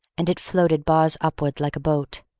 and it floated bars upwards like a boat.